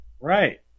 Right